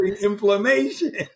inflammation